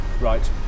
Right